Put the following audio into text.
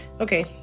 okay